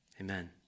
Amen